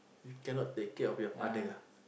you cannot take care of your father ah